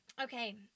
Okay